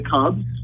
Cubs